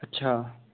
अच्छा